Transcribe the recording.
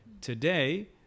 Today